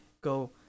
go